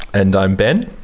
and i'm ben.